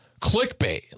Clickbait